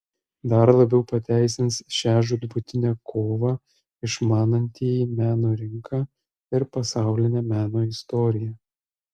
dar labiau pateisins šią žūtbūtinę kovą išmanantieji meno rinką ir pasaulinę meno istoriją